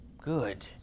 good